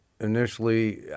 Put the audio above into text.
Initially